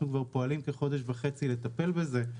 אנחנו פועלים כבר כחודש וחצי לטפל בזה,